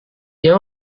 dia